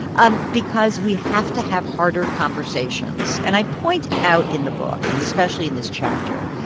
um because we have to have harder conversations. and i point out in the book, and especially in this chapter,